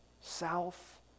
south